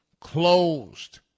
closed